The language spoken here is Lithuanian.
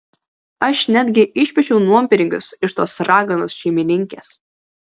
aš netgi išpešiau nuompinigius iš tos raganos šeimininkės